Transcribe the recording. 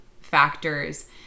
factors